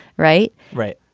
right. right.